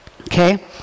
Okay